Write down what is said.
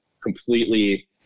Completely